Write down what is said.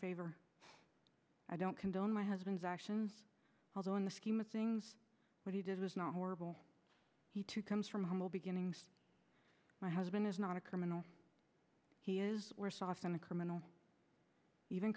favor i don't condone my husband's actions although in the scheme of things what he did was not horrible he too comes from humble beginnings my husband is not a criminal he is worse off than the criminals even